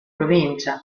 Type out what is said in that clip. provincia